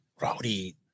Rowdy